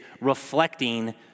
reflecting